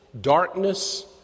Darkness